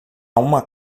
uma